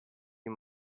you